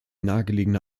nahegelegene